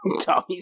Tommy